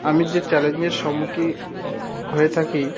আমি যে চ্যালেঞ্জের সম্মুখীন হয়ে থাকি